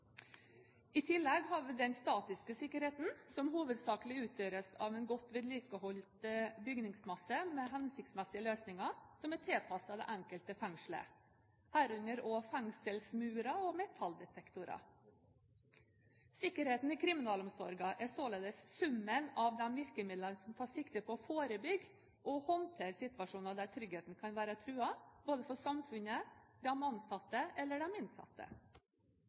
tillegg har vi den statiske sikkerheten som hovedsakelig utgjøres av en godt vedlikeholdt bygningsmasse, med hensiktsmessige løsninger som er tilpasset det enkelte fengselet, herunder også fengselsmurer og metalldetektorer. Sikkerheten i kriminalomsorgen er således summen av de virkemidlene som tar sikte på å forebygge og håndtere situasjoner der tryggheten kan være truet, både for samfunnet, de ansatte eller de innsatte.